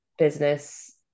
business